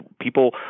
people